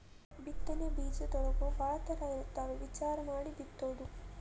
ಬಿತ್ತನೆ ಬೇಜದೊಳಗೂ ಭಾಳ ತರಾ ಇರ್ತಾವ ವಿಚಾರಾ ಮಾಡಿ ಬಿತ್ತುದು